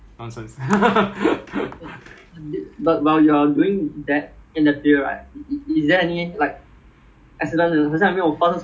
accident ah 我的 batch 没有 accident but during 我的 cadet time other places got accident